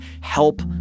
help